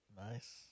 Nice